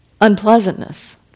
unpleasantness